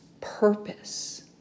purpose